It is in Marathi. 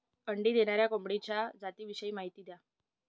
अंडी देणाऱ्या कोंबडीच्या जातिविषयी माहिती द्या